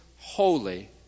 holy